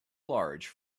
large